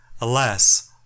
alas